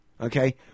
Okay